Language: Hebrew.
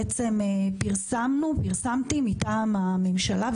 פרסמתי מטעם הממשלה,